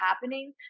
happening